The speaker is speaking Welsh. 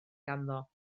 ganddo